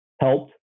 helped